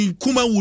kuma